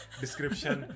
description